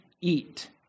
eat